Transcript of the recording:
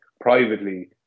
privately